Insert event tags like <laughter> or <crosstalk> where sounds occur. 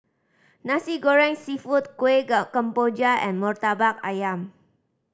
Nasi Goreng Seafood kuih <unintelligible> kemboja and Murtabak Ayam